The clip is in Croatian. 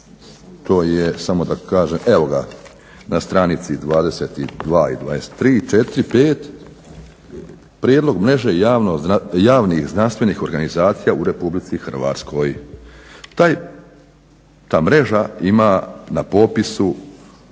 onda u toj, evo ga na stranici 22., 23., 24., 25. prijedlog Mreže javnih znanstvenih organizacija u RH. Ta mreža ima na popisu